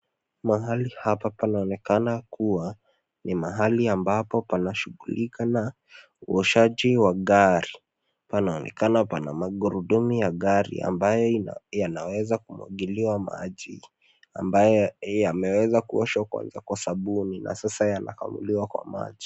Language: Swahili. Mahali hapa panaonekana kuwa ni mahali ambapo panashughulika na uoshaji wa gari Panaonekana pana magurudumu ya gari ambayo yanaweza kumwagiliwa maji ambayo yameweza kuoshwa kwa sabuni na sasa yanakamuliwa kwa maji.